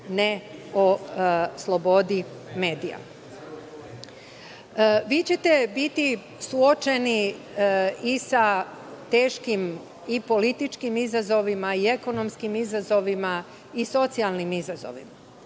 ne o slobodi medija. Vi ćete biti suočeni i sa teškim i političkim izazovima i ekonomskim izazovima i socijalnim izazovima. Što